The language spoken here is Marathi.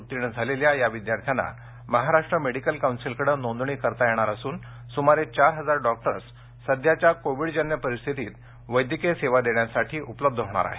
उत्तीर्ण झालेल्या या विद्यार्थ्यांना महाराष्ट्र मेडिकल कौन्सिलकडे नोंदणी करता येणार असून सुमारे चार हजार डॉक्टर्स सध्याच्या कोविडजन्य परिस्थितीत वैद्यकीय सेवा देण्यासाठी उपलब्ध होणार आहेत